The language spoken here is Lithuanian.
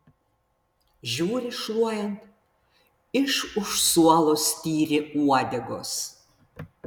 žiūri šluojant iš už suolo styri uodegos